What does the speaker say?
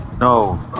no